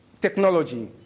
technology